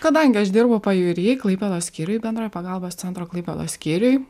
kadangi dirbu pajūry klaipėdos skyriuj bendrojo pagalbos centro klaipėdos skyriuj